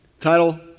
Title